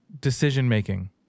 decision-making